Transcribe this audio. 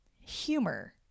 humor